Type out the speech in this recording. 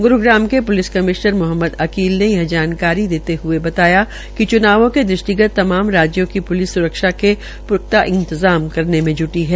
ग्रूग्राम के police commissioner Mohammed Aqeel ने यह जानकारी देते हये बताया कि च्नावों के दृष्टिगत तमाम राज्यों की प्लिस सुरक्षा के पुख्ता इंतजाम करेन में जुटी है